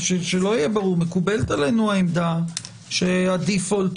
מקובלת עלינו העמדה שהדי פולט,